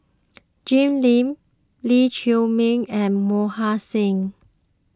Jim Lim Lee Chiaw Meng and Mohan Singh